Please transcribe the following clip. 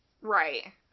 Right